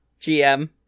GM